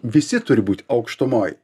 visi turi būt aukštumoj